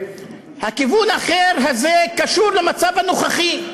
הכיוון האחר הזה קשור למצב הנוכחי,